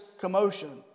commotion